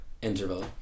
interval